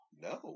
No